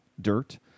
dirt